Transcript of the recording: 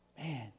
Man